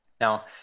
Now